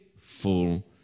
full